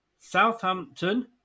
Southampton